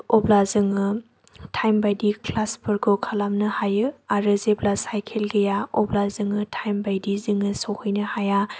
अब्ला जोङो टाइम बायदि क्लासफोरखौ खालामनो हायो आरो जेब्ला साइकेल गैया अब्ला जोङो टाइम बायदि जोङो सौहैनो हाया